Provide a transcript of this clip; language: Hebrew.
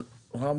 שיותר.